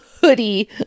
hoodie